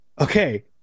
okay